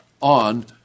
on